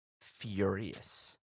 furious